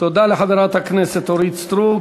תודה לחברת הכנסת אורית סטרוק.